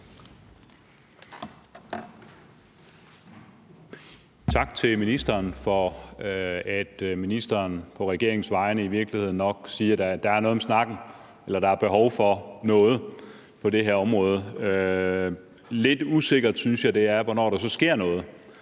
Tak til ministeren for, at ministeren – på regeringens vegne i virkeligheden nok – siger, at der er noget om snakken, eller at der er behov for noget på det her område. Lidt usikkert synes jeg det er, hvornår der så sker noget.